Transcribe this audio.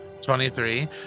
23